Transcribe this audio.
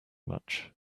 much